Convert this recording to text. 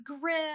grip